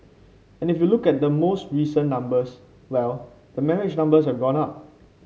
and if you look at the most recent numbers well the marriage numbers have gone up